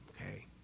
Okay